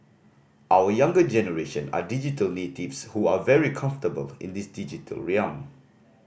our younger generation are digital natives who are very comfortable in this digital realm